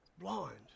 blind